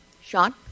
Sean